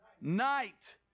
night